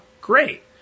great